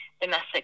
domestic